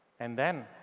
and then,